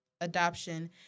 adoption